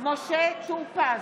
משה טור פז,